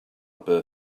bare